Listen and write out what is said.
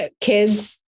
kids